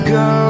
go